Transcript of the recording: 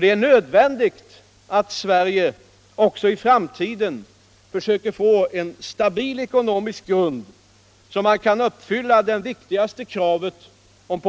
Det är nödvändigt att Sverige också i framtiden försöker få en stabil ekonomisk grund, så att man kan uppfylla det viktigaste kravet som